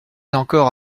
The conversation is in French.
encore